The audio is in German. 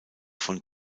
von